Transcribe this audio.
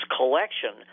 collection